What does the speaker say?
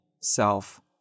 self